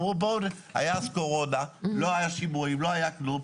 היה אז קורונה ולא היו שימועים לא היה כלום,